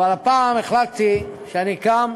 אבל הפעם החלטתי שאני קם,